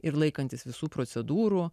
ir laikantis visų procedūrų